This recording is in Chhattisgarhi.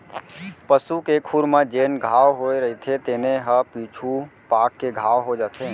पसू के खुर म जेन घांव होए रइथे तेने ह पीछू पाक के घाव हो जाथे